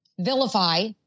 Vilify